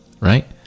Right